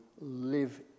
live